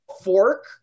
fork